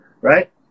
right